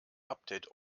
update